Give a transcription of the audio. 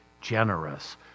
generous